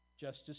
Justice